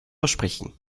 versprechen